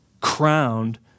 Crowned